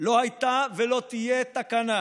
לא הייתה ולא תהיה תקנה.